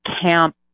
camp